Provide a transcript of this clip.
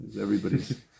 Everybody's